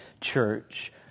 church